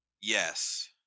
Yes